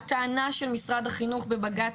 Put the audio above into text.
הטענה של משרד החינוך בבג"ץ,